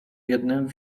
jednym